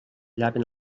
llaven